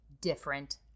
different